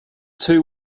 two